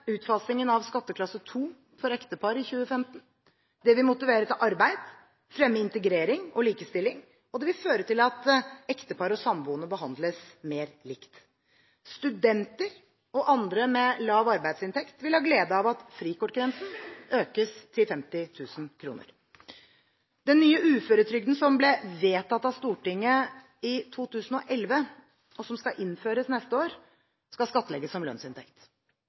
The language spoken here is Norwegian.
utfasingen av skatteklasse 2 for ektepar i 2015. Det vil motivere til arbeid, fremme integrering og likestilling, og det vil føre til at ektepar og samboende behandles mer likt. Studenter og andre med lav arbeidsinntekt vil ha glede av at frikortgrensen økes til 50 000 kr. Den nye uføretrygden, som ble vedtatt av Stortinget i 2011, og som skal innføres neste år, skal skattlegges som lønnsinntekt.